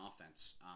offense